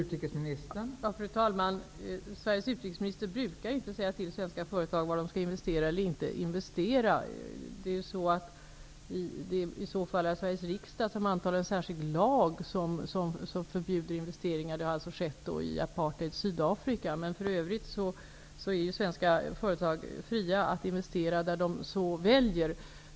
Fru talman! Sveriges utrikesminister brukar inte säga till svenska företag var de skall investera eller inte investera. Sveriges riksdag kan anta en särskild lag som förbjuder investeringar, som har skett beträffande apartheids Sydafrika, men i övrigt är svenska företag fria att investera där de så väljer.